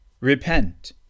Repent